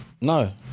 No